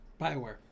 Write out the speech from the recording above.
BioWare